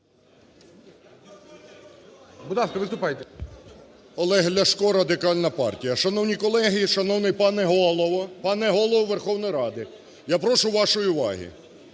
Олег Ляшко, Радикальна партія. Шановні колеги і шановний пане Голово! Пане Голово Верховної Ради я прошу вашої уваги,